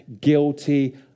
guilty